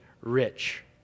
rich